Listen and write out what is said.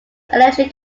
electric